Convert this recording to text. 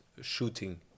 shooting